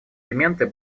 элементы